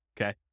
okay